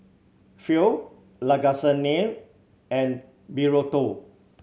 Pho Lasagne and Burrito